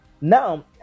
Now